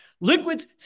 Liquids